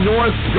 North